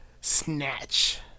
snatch